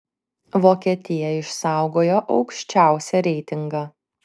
vokietija išsaugojo aukščiausią reitingą